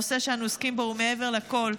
הנושא שאנו עוסקים בו הוא מעבר לכול,